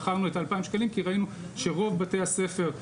בחרנו את ה-2,000 שקלים כי ראינו שרוב בתי הספר,